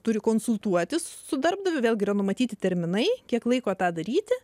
turi konsultuotis su darbdaviu vėlgi yra numatyti terminai kiek laiko tą daryti